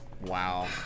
Wow